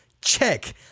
Check